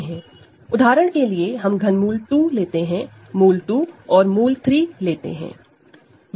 उदाहरण के लिए हम ∛ 2 लेते हैं √2 और√3 लेते हैं